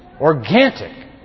Organic